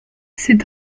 c’est